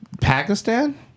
Pakistan